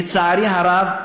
לצערי הרב,